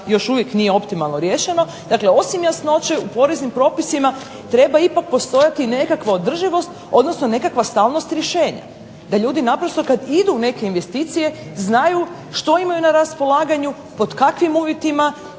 još uvijek nije optimalno riješeno, dakle osim jasnoće u poreznim propisima treba ipak postojati nekakva održivost odnosno nekakva stalnost rješenja, da ljudi kada idu u neke investicije znaju što imaju na raspolaganju, pod kakvim uvjetima